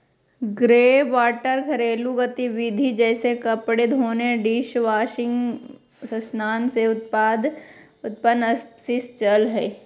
greywater घरेलू गतिविधिय जैसे कपड़े धोने, डिशवाशिंग स्नान से उत्पन्न अपशिष्ट जल हइ